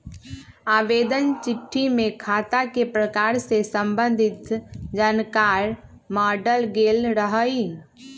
आवेदन चिट्ठी में खता के प्रकार से संबंधित जानकार माङल गेल रहइ